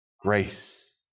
grace